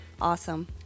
awesome